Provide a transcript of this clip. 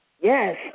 Yes